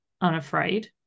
unafraid